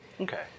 Okay